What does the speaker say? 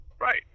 right